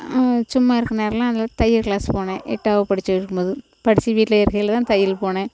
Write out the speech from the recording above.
சும்மா இருக்க நேரமெலாம் அங்கே தையல் கிளாஸ் போனேன் எட்டாவது படிச்சுட்டு இருக்கும் போது படித்து வீட்டில் இருக்கையில் தான் தையல் போனேன்